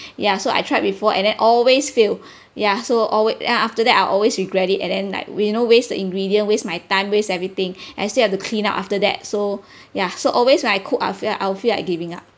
ya so I tried before and then always fail ya so always then after that I'll always regret it and then like we know waste the ingredient waste my time waste everything and still have to clean up after that so ya so always when I cook I'll feel I'll feel like giving up